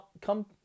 come